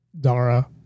Dara